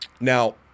Now